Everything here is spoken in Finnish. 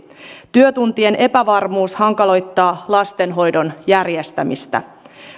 työtuntien epävarmuus hankaloittaa lastenhoidon järjestämistä